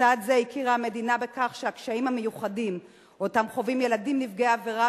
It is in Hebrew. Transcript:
בצעד זה הכירה המדינה בכך שהקשיים המיוחדים שחווים ילדים נפגעי עבירה